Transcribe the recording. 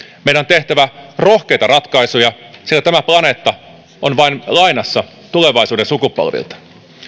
meidän on tehtävä rohkeita ratkaisuja sillä tämä planeetta on meillä vain lainassa tulevaisuuden sukupolvilta